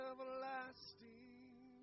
everlasting